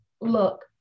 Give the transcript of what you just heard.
look